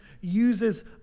uses